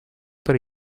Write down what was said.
per